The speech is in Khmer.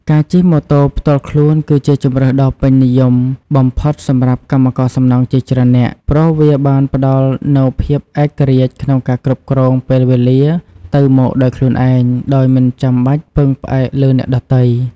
ការជិះម៉ូតូផ្ទាល់ខ្លួនគឺជាជម្រើសដ៏ពេញនិយមបំផុតសម្រាប់កម្មករសំណង់ជាច្រើននាក់ ព្រោះវាបានផ្តល់នូវភាពឯករាជ្យក្នុងការគ្រប់គ្រងពេលវេលាទៅមកដោយខ្លួនឯង ដោយមិនបាច់ពឹងផ្អែកលើអ្នកដទៃ។